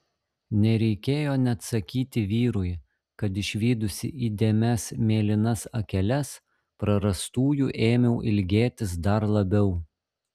nereikėjo net sakyti vyrui kad išvydusi įdėmias mėlynas akeles prarastųjų ėmiau ilgėtis dar labiau